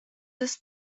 this